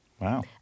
Wow